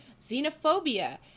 xenophobia